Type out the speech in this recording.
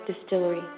Distillery